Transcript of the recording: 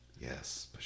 yes